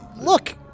look